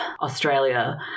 australia